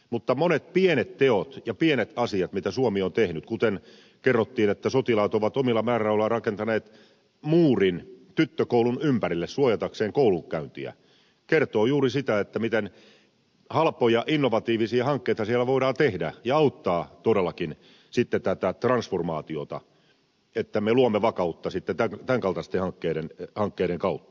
mutta monet pienet teot ja pienet asiat mitä suomi on tehnyt kuten kerrottiin että sotilaat ovat omilla määrärahoillaan rakentaneet muurin tyttökoulun ympärille suojatakseen koulunkäyntiä kertovat juuri sitä miten halpoja innovatiivisia hankkeita siellä voidaan tehdä ja auttaa todellakin sitten tätä transformaatiota että me luomme vakautta tämän kaltaisten hankkeiden kautta